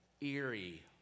eerie